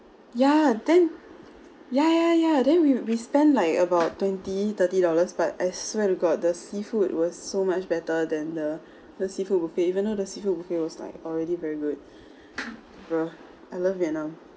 ya then ya ya ya then we we spend like about twenty thirty dollars but I swear to god the seafood was so much better than the the seafood buffet even though the seafood buffet was like already very good bro I love vietnam